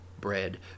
bread